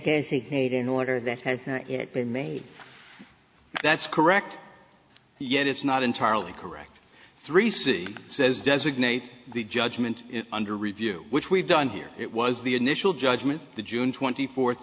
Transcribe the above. paid in order that has it been made that's correct yet it's not entirely correct three c says designate the judgment under review which we've done here it was the initial judgment the june twenty fourth